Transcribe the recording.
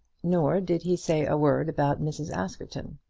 nor did he say a word about mrs. askerton.